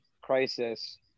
crisis